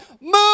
move